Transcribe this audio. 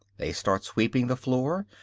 they start sweeping the floor,